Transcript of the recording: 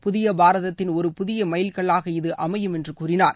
புதிய பாரதத்தின் ஒரு புதிய னமல்கல்லாக இது அமையும் என்று கூறினார்